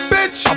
Bitch